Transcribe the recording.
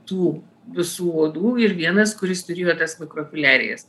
tų visų uodų ir vienas kuris turėjo tas mikrofiliarijas